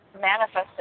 manifested